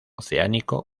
oceánico